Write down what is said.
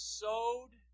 sowed